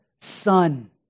Son